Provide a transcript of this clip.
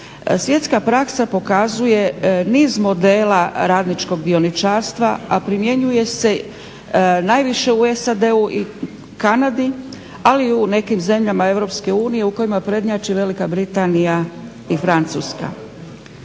Svjetska praksa pokazuje niz modela radničkog dioničarstva a primjenjuje se najviše u SAD i Kanadi ali i u nekim zemljama EU u kojima prednjači Velika Britanija i Francuska.